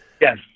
Yes